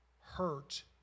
hurt